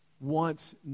wants